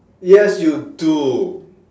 yes you do